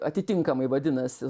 atitinkamai vadinasi